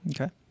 Okay